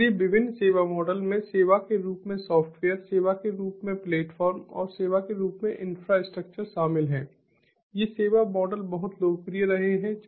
इसलिए विभिन्न सेवा मॉडल में सेवा के रूप में सॉफ्टवेयर सेवा के रूप में प्लेटफ़ॉर्म और सेवा के रूप में इंफ्रास्ट्रक्चर शामिल है ये सेवा मॉडल बहुत लोकप्रिय रहे हैं